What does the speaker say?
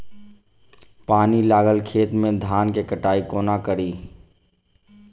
पानि लागल खेत मे धान केँ कटाई कोना कड़ी?